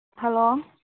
hello